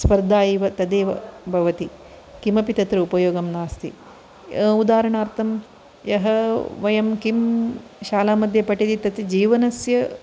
स्पर्धा एव तदेव भवति किमपि तत्र उपयोगं नास्ति उदाहरणार्थं यः वयं किं शालामद्ध्ये पठति तत् जीवनस्य